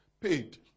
paid